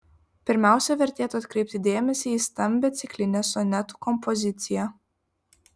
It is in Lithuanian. pirmiausia vertėtų atkreipti dėmesį į stambią ciklinę sonetų kompoziciją